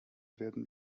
werden